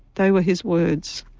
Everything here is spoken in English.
those were his words,